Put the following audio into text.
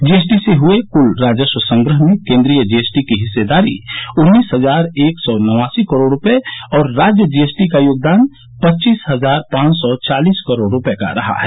GST से हुए कुल राजस्व संग्रह में केन्द्रीय जीएसटी की हिस्सेदारी उन्नीस हजार एक सौ नवासी करोड़ रुपये और राज्य जीएसटी का योगदान पच्चीस हजार पांच सौ चालीस करोड़ रुपये रहा है